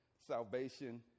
salvation